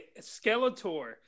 Skeletor